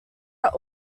are